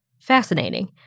Fascinating